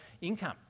income